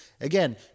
Again